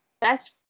best